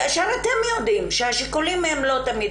כאשר אתם יודעים שהשיקולים בכנסת הם לא תמיד